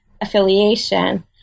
affiliation